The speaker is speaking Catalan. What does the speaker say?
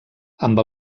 amb